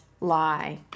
lie